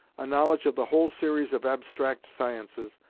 a knowledge of the whole series of abstract sciences,